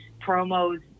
promos